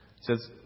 Says